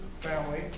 family